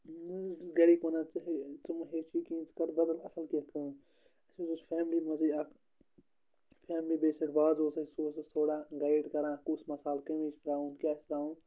نہٕ حظ گَرِکۍ وَنان ژٕ ہیٚچھ ژٕ مہ ہیٚچھی کِہیٖنۍ ژٕ کَرٕ بَدل اَصٕل کیٚنٛہہ کٲم اَسہِ حظ اوس فیٚملی منٛزٕے اَکھ فیٚملی بیسٕڈ وازٕ اوس اَسہِ سُہ اوس اَسہِ تھوڑا گایِڈ کَران کُس مصالہٕ کٔمۍ وِزِ چھِ ترٛاوُن کیٛاہ ترٛاوُن